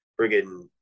friggin